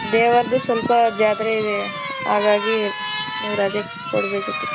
ದೇವರದ್ದು ಸ್ವಲ್ಪ ಜಾತ್ರೆ ಇದೆ ಹಾಗಾಗಿ ನೀವು ರಜೆ ಕೊಡಬೇಕಿತ್ತು